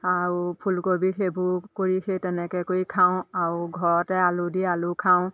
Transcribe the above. আৰু ফুলকবি সেইবোৰ কৰি সেই তেনেকৈ কৰি খাওঁ আৰু ঘৰতে আলু দি আলু খাওঁ